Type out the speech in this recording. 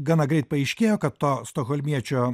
gana greit paaiškėja kad to stokholmiečio